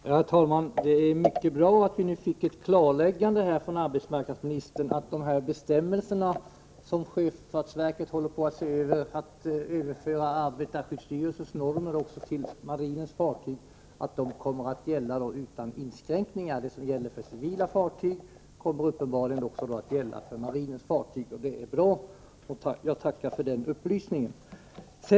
Herr talman! Det var mycket bra att vi fick ett klarläggande från arbetsmarknadsministern, att de bestämmelser som sjöfartsverket håller på att se över för att överföra arbetarskyddsstyrelsens normer till marinens fartyg kommer att gälla utan inskränkning. Det som gäller för civila fartyg kommer då uppenbarligen också att gälla för marinens fartyg, och det är bra. Jag tackar för den upplysningen.